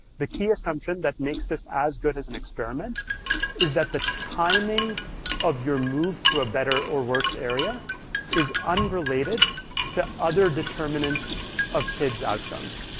the key assumption that makes this as good as an experiment is that the timing of your move to a better or worse area is unrelated to other determinants of kid's outcomes.